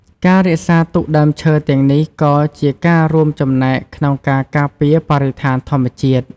ការរក្សាទុកដើមឈើទាំងនេះក៏ជាការរួមចំណែកក្នុងការការពារបរិស្ថានធម្មជាតិ។